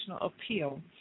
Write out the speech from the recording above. appeal